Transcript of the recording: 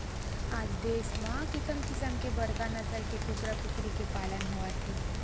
आज देस म किसम किसम के बड़का नसल के कूकरा कुकरी के पालन होवत हे